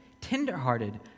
tenderhearted